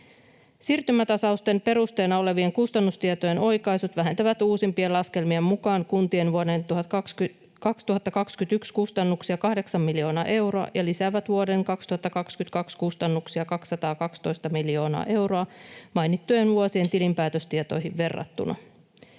Siirtymätasausten perusteena olevien kustannustietojen oikaisut vähentävät uusimpien laskelmien mukaan kuntien vuoden 2021 kustannuksia 8 miljoonaa euroa ja lisäävät vuoden 2022 kustannuksia 212 miljoonaa euroa mainittujen vuosien tilinpäätöstietoihin verrattuna.